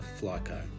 Flyco